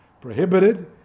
prohibited